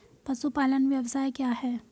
पशुपालन व्यवसाय क्या है?